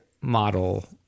model